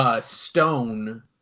stone